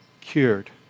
cured